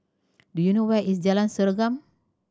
do you know where is Jalan Serengam